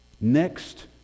next